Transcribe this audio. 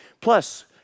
Plus